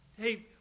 hey